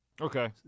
Okay